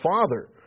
father